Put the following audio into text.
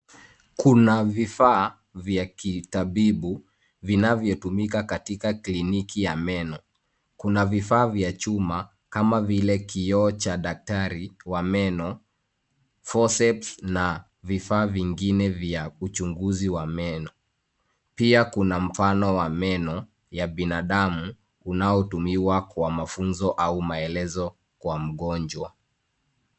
Kuna vifaa vya kitabibu vinavyotumika katika kliniki ya meno. Kuna vifaa vya chuma kama vile kioo cha daktari wa meno, forceps na vifaa vingine vya uchunguzi wa meno. Pia kuna mfano wa meno ya binadamu unaotumiwa kwa mafunzo au maelezo kwa mgonjwa.